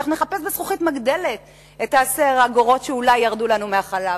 אנחנו נחפש בזכוכית מגדלת את עשר האגורות שאולי ירדו לנו מהחלב,